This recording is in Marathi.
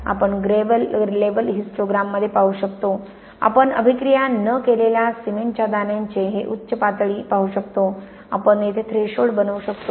आपण ग्रे लेव्हल हिस्टोग्राममध्ये पाहू शकतो आपण अभिक्रिया न केलेल्या सिमेंटच्या दाण्यांचे हे उच्च पातळी पाहू शकतो आपण येथे थ्रेशोल्ड बनवू शकतो